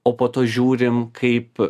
o po to žiūrim kaip